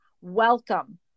welcome